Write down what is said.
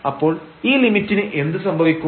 അപ്പോൾ ഈ ലിമിറ്റിന് എന്ത് സംഭവിക്കും